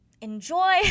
enjoy